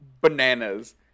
bananas